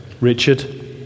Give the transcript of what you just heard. Richard